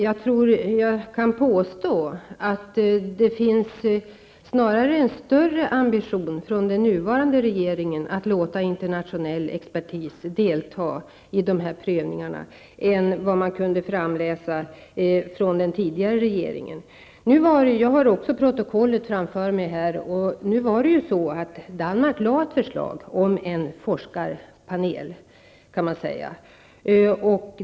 Jag tror att jag kan påstå att det snarare finns en större ambition från den nuvarande regeringen att låta internationell expertis delta i dessa prövningar än vad den tidigare regeringen hade. Jag har också protokollet framför mig. Det var ju så att Danmark lade fram ett förslag om en forskarpanel.